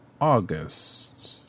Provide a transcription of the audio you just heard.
August